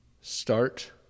start